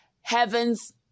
heaven's